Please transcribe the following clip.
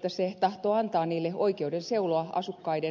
kun se tahtoo antaa niille oikeuden seuloa asukkaiden verkkokäyttäytymistä